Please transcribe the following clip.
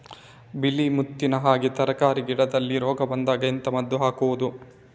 ಬಿಳಿ ಮುತ್ತಿನ ಹಾಗೆ ತರ್ಕಾರಿ ಗಿಡದಲ್ಲಿ ರೋಗ ಬಂದಾಗ ಎಂತ ಮದ್ದು ಹಾಕುವುದು?